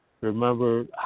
Remember